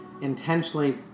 intentionally